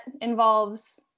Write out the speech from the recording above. involves